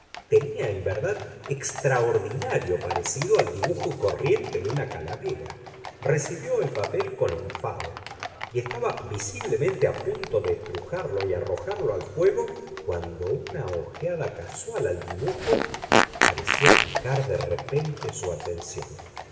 tenía en verdad extraordinario parecido al dibujo corriente de una calavera recibió el papel con enfado y estaba visiblemente a punto de estrujarlo y arrojarlo al fuego cuando una ojeada casual al dibujo